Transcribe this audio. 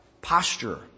Posture